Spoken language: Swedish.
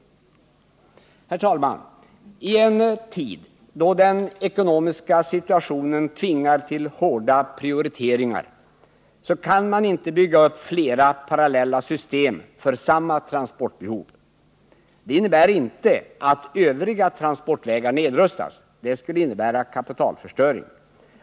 Herr talman! I en tid då den ekonomiska situationen tvingar till hårda prioriteringar kan man inte bygga upp flera parallella system för samma transportbehov. Det betyder inte att övriga transportvägar nedrustas. Det skulle innebära kapitalförstöring.